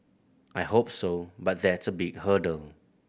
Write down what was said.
I hope so but that's a big hurdle